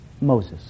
Moses